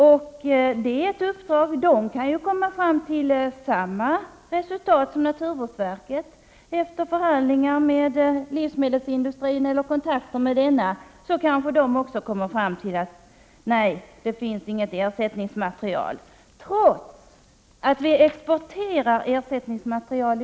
Kemikalieinspektionen kan ju komma fram till samma resultat som naturvårdsverket. Förhandlingar eller kontakter med livsmedelsindustrin skulle kanske också leda till att man inte fann något ersättningsmaterial, trots att vi i dag exporterar sådant material.